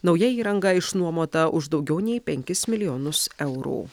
nauja įranga išnuomota už daugiau nei penkis milijonus eurų